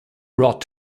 rot